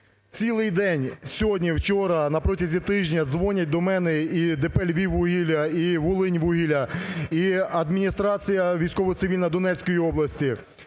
Цілий день сьогодні, вчора, на протязі тижня дзвонять до мене і ДП "Львіввугілля", і "Волиньвугілля", і адміністрація військово-цивільна Донецької області.